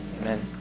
Amen